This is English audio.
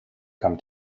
come